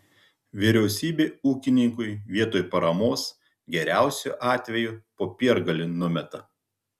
vyriausybė ūkininkui vietoj paramos geriausiu atveju popiergalį numeta